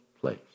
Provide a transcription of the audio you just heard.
place